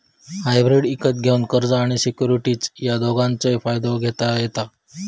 hybrid इकत घेवान कर्ज आणि सिक्युरिटीज या दोघांचव फायदो घेता येता